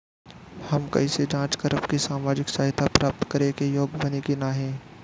हम कइसे जांच करब कि सामाजिक सहायता प्राप्त करे के योग्य बानी की नाहीं?